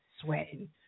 sweating